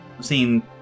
Seen